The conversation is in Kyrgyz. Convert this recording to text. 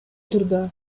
түрдө